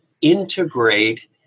integrate